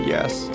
Yes